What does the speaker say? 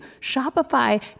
Shopify